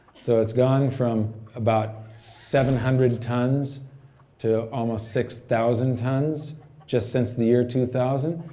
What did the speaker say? so it's gone from about seven hundred tons to almost six thousand tons just since the year two thousand.